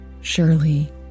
surely